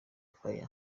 fire